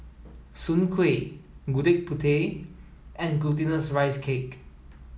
Soon Kuih Gudeg Putih and glutinous rice cake